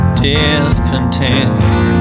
discontent